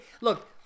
look